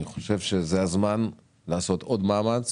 אני חושב שזה הזמן לעשות עוד מאמץ